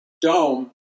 dome